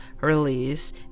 release